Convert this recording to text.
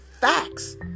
facts